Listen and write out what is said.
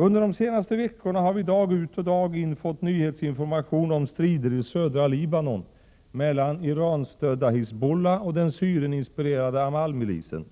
Under de senaste veckorna har vi dag ut och dag in fått nyhetsinformation om strider i södra Libanon mellan Iranstödda Hizbullah och den Syrieninspirerade Amalmilisen.